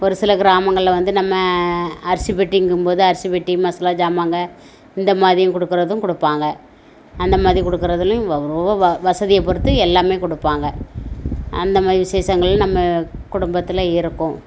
ஒரு சில கிராமங்களில் வந்து நம்ம அரிசி பெட்டிங்கும் போது அரிசி பெட்டி மசாலா ஜாமங்க இந்த மாதிரியும் கொடுக்கறதும் கொடுப்பாங்க அந்த மாதிரி கொடுக்கறதுலையும் வசதியை பொறுத்து எல்லாம் கொடுப்பாங்க அந்த மாதிரி விசேஷங்களில் நம்ம குடும்பத்தில் இருக்கும்